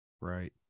Right